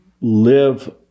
live